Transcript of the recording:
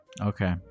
Okay